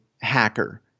hacker